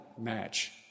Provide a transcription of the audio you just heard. match